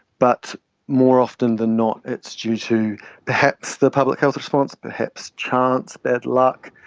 but more often than not it's due to perhaps the public health response, perhaps chance, bad luck,